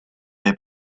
dai